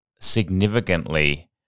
significantly